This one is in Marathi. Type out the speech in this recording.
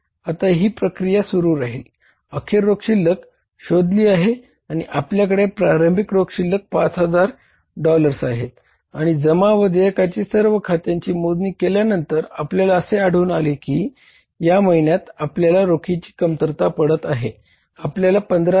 आता ही प्रक्रिया सुरू राहील अखेर रोख शिल्लक शोधली आहे आणि आपल्याकडे प्रारंभिक रोख शिल्लक 5000 डॉलर्स आहे आणि जमा व देयकाच्या सर्व खात्यांची मोजणी केल्यानंतर आपल्याला असे आढळून आले कि या महिन्यात आपल्याला रोखीची कमतरता पडत आहे